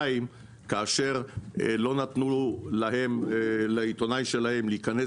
2. כאשר לא נתנו לעיתונאי שלהם להיכנס